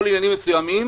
או לעניינים מסוימים.